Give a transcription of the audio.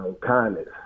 kindness